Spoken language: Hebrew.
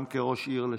גם כראש עיר לשעבר.